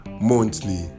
monthly